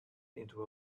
into